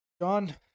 John